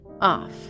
off